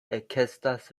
ekestas